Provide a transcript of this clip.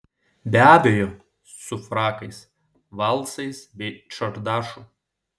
be abejo su frakais valsais bei čardašu